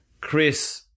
Chris